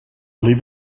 leave